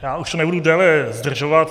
Já už nebudu déle zdržovat.